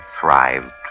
thrived